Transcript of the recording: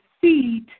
feet